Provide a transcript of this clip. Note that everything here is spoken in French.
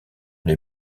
les